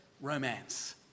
romance